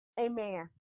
Amen